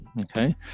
okay